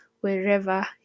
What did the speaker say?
wherever